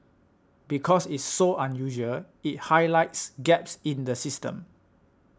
because it's so unusual it highlights gaps in the system